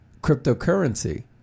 cryptocurrency